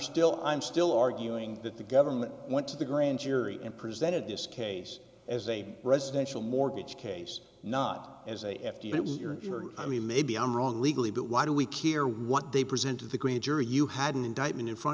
still i'm still arguing that the government went to the grand jury and presented this case as a residential mortgage case not as a f t it was your i mean maybe i'm wrong legally but why do we care what they present to the grand jury you had an indictment in front